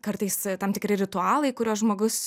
kartais tam tikri ritualai kuriuos žmogus